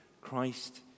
Christ